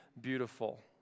beautiful